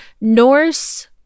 Norse